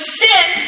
sin